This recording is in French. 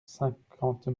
cinquante